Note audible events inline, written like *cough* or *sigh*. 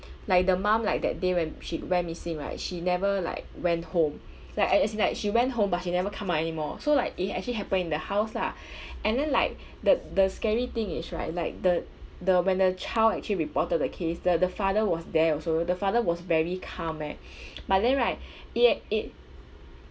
like the mum like that day when she went missing right she never like went home like a~ as in like she went home but she never come out anymore so like it actually happened in the house lah *breath* and then like the the scary thing is right like the the when the child actually reported the case the the father was there also the father was very calm eh *breath* *noise* but then right it uh it